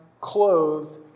clothed